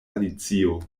alicio